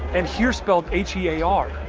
and here spelled h here ya.